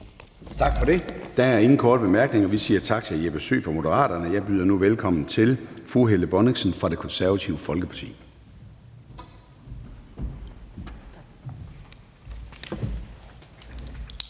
Tak for det. Der er ingen korte bemærkninger. Vi siger tak til hr. Jeppe Søe fra Moderaterne. Jeg byder nu velkommen til fru Helle Bonnesen fra Det Konservative Folkeparti. Kl.